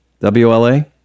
WLA